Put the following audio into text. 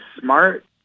smart